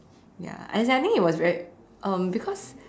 ya as in I think it was very um because